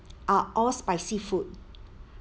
are all spicy food